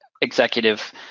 executive